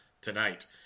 tonight